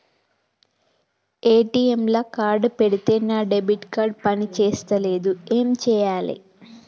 ATM లా card పెడితే నా డెబిట్ కార్డ్ పని చేస్తలేదు ఏం చేయాలే?